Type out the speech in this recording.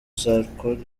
sarkozy